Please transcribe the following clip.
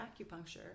acupuncture